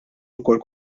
wkoll